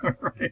Right